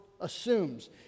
assumes